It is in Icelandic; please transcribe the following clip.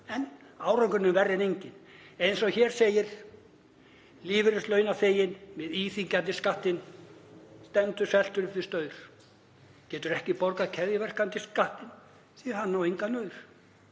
En árangurinn er verri en enginn. Eins og hér segir, lífeyrislaunaþeginn með íþyngjandi skattinn stendur sveltur upp við staur, getur ekki borgað keðjuverkandi skattinn því að hann á engan aur.